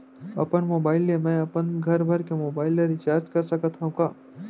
अपन मोबाइल ले मैं अपन घरभर के मोबाइल ला रिचार्ज कर सकत हव का?